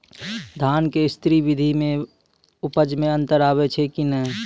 धान के स्री विधि मे उपज मे अन्तर आबै छै कि नैय?